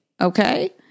Okay